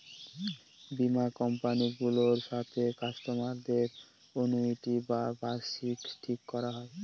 বীমা কোম্পানি গুলোর সাথে কাস্টমারদের অনুইটি বা বার্ষিকী ঠিক করা হয়